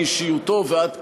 מאישיותו ועד פעולותיו.